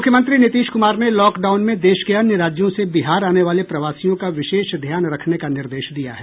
मुख्यमंत्री नीतीश कुमार ने लॉकडाउन में देश के अन्य राज्यों से बिहार आने वाले प्रवासियों का विशेष ध्यान रखने का निर्देश दिया है